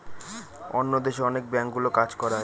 অন্য দেশে অনেক ব্যাঙ্কগুলো কাজ করায়